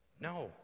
No